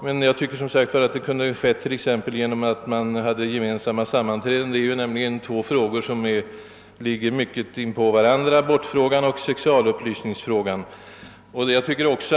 Men jag tycker att detta samråd kunde ha skett även t.ex. genom att kommittéerna hade hållit en del gemensamma sammanträden. Abortfrågan och <:sexualupplysningsfrågan griper ju in i varandra.